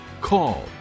call